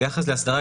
כרגע מתייחסים